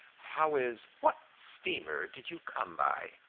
how is what steamer did you come by?